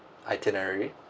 itinerary